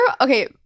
okay